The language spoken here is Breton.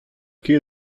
ket